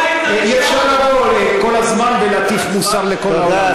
אי-אפשר לבוא כל הזמן ולהטיף מוסר לכל העולם,